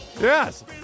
yes